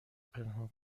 پنهان